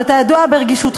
שאתה ידוע ברגישותך,